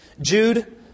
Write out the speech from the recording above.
Jude